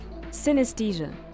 Synesthesia